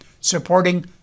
supporting